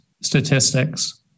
statistics